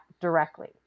directly